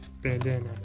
bandana